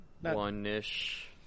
One-ish